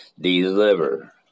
deliver